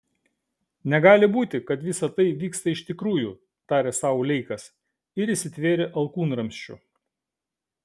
negali būti kad visa tai vyksta iš tikrųjų tarė sau leikas ir įsitvėrė alkūnramsčių